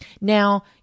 Now